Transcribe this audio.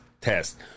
test